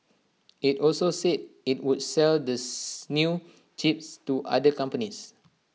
IT also said IT would sell this new chips to other companies